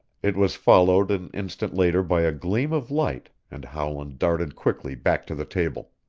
it was followed an instant later by a gleam of light and howland darted quickly back to the table.